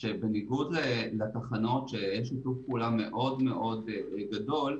שבניגוד לתחנות שאין שיתוף פעולה מאוד מאוד גדול,